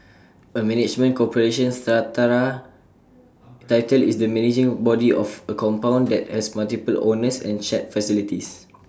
A management corporation strata title is the managing body of A compound that has multiple owners and shared facilities